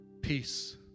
peace